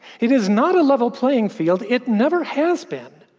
it is not a level playing field, it never has been.